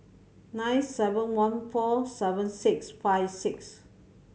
nine seven one four seven six five six